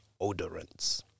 odorants